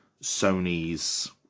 Sony's